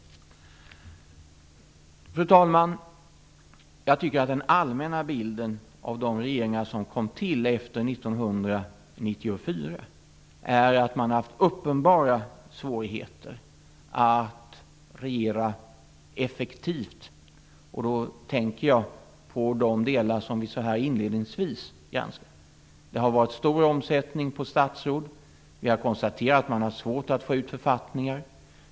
Fru talman! Jag tycker att den allmänna bilden av de regeringar som kom till efter 1994 är att man har haft uppenbara svårigheter att regera effektivt. Då tänker jag på de delar som vi så här inledningsvis har granskat. Det har varit stor omsättning på statsråd. Vi har konstaterat att man har svårt att få ut författningar.